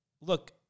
Look